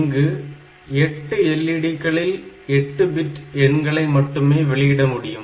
இங்கு 8 எல்இடிக்களில் எட்டு பிட் எண்களை மட்டுமே வெளியிட முடியும்